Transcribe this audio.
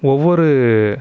ஒவ்வொரு